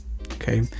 okay